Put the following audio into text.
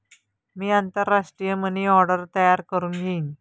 मी आंतरराष्ट्रीय money order तयार करुन घेईन